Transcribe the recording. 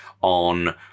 on